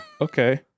Okay